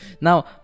now